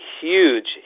huge